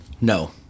No